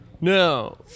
No